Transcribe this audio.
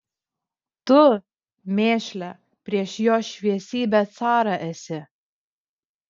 tu mėšle prieš jo šviesybę carą esi